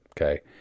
Okay